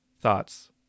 thoughts